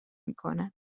میکنند